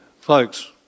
folks